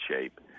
shape